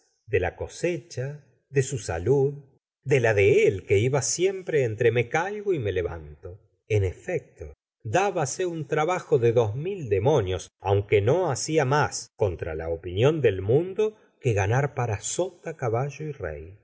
de la cosecha de su salud de la de él que iba siempre entre me caigo y me levanto en efecto dábase un trabajo de dos mil demonios aunque no hacía más contra la opinión del mundo que ganar para sota caballo y rey